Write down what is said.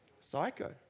psycho